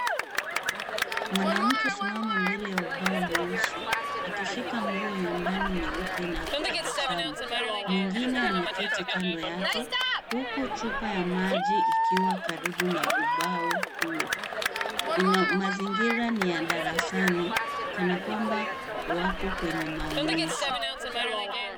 Mwanamke amesimama mbele ya ubao mweusi akishika nguo ya ndani nyeupe na kutabasamu. Mwingine ameketi kando yake huku chupa ya maji ikiwa kando ya ubao huo. Mazingira ni ya darasani kana kwamba wako kwenye maonyesho.